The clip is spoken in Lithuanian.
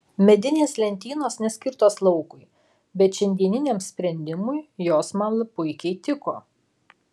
medinės lentynos neskirtos laukui bet šiandieniniam sprendimui jos man puikiai tiko